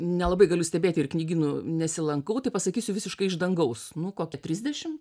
nelabai galiu stebėti ir knygynų nesilankau tai pasakysiu visiškai iš dangaus nu kokia trisdešim